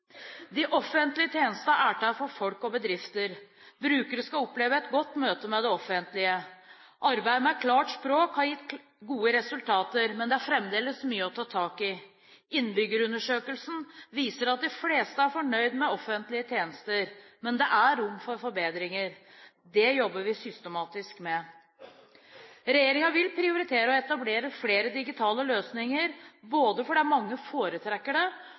De offentlige tjenestene er til for folk og bedrifter. Brukerne skal oppleve et godt møte med det offentlige. Arbeidet med Klart språk har gitt gode resultater, men det er fremdeles mye å ta tak i. Innbyggerundersøkelsen viser at de fleste er fornøyd med offentlige tjenester. Men det er rom for forbedringer. Det jobber vi systematisk med. Regjeringen vil prioritere å etablere flere digitale løsninger både fordi mange foretrekker det,